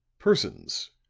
persons,